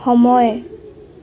সময়